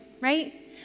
right